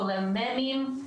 כולל ממים,